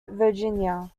virginia